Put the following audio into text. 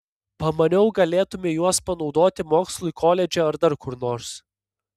pamaniau galėtumei juos panaudoti mokslui koledže ar dar kur nors